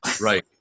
right